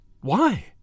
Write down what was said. Why